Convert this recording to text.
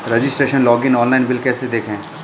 Registration login online bill कैसे देखें?